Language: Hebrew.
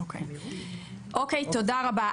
אוקיי, תודה רבה.